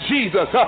Jesus